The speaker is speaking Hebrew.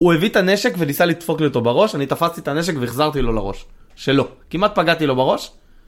הוא הביא את הנשק וניסה לדפוק לי אותו בראש, אני תפסתי את הנשק והחזרתי לו לראש. שלו. כמעט פגעתי לו בראש.